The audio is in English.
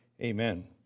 Amen